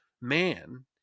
man